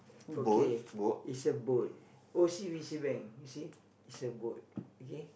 okay is a boat O_C_B_C bank you see is a boat okay